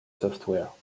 software